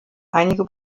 einige